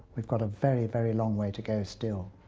we've got a very, very long way to go still.